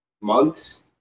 months